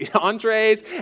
entrees